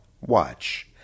watch